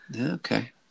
okay